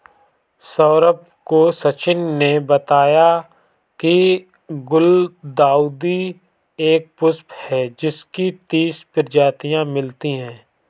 सौरभ को सचिन ने बताया की गुलदाउदी एक पुष्प है जिसकी तीस प्रजातियां मिलती है